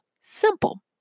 simple